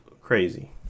crazy